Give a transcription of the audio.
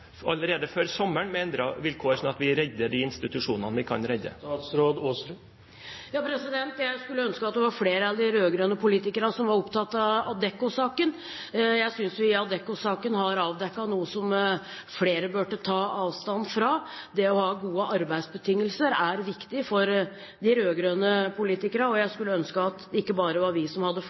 allerede før sommeren med endrede vilkår, slik at vi redder de institusjonene vi kan redde? Jeg skulle ønske at det var flere enn de rød-grønne politikerne som var opptatt av Adecco-saken. Jeg synes at Adecco-saken har avdekket noe som flere burde ta avstand fra. Det at man har gode arbeidsbetingelser, er viktig for de rød-grønne politikerne, og jeg skulle ønske at det ikke bare var vi som